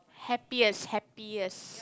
happiest happiest